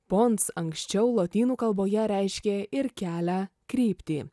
pons anksčiau lotynų kalboje reiškė ir kelią kryptį